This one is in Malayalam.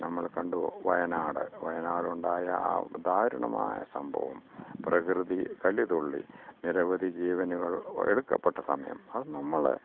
നമ്മള് കണ്ടു വയനാട് വായനാടുണ്ടായ ആ ദാരുണമായ സംഭവം പ്രകൃതി കലിതുള്ളി നിരവധി ജീവനുകൾ എടുക്കപ്പെട്ട സമയം അത് നമ്മള്